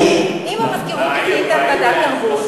אם המזכירות החליטה על ועדת תרבות,